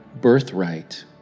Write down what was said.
birthright